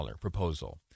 proposal